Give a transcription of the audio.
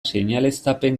seinaleztapen